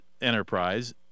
enterprise